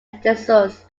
disused